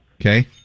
Okay